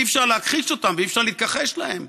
אי-אפשר להכחיש אותן, אי-אפשר להתכחש להן,